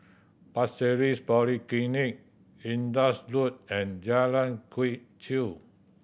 Pasir Ris Polyclinic Indus Road and Jalan Quee Chew